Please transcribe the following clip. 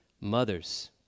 mothers